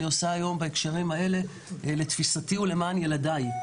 עושה בהקשרים האלה לתפיסתי הוא למען ילדיי,